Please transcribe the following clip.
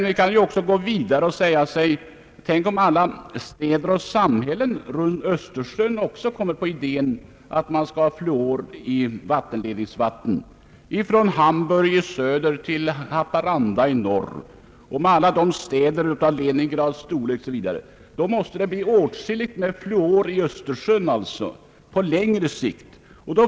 Vi kan gå vidare och tänka oss att alla andra städer och samhällen runt Östersjön kommer på idén att fluoridera vattenledningsvattnet, från Liäbeck i söder till Haparanda i norr; städer som Leningrad osv. Då måste fluorhalten i Östersjön stiga åtskilligt på längre sikt.